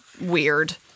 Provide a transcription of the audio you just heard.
weird